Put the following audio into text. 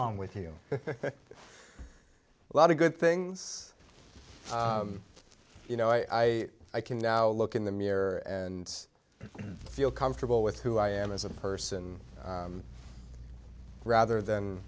on with you a lot of good things you know i can now look in the mirror and feel comfortable with who i am as a person rather than